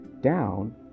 down